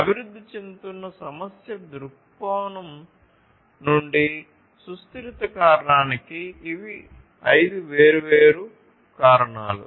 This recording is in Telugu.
అభివృద్ధి చెందుతున్న సమస్య దృక్కోణం నుండి సుస్థిరత కారకానికి ఇవి ఐదు వేర్వేరు కారణాలు